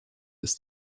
ist